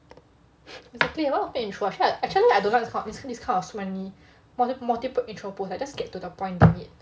exactly why also intro actually actually I don't like this kind this kind of so many multiple intro posts like just get to the point damn it